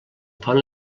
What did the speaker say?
fan